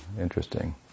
interesting